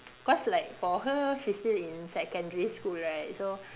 cause like for her she's still in secondary school right so